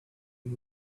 and